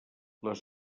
les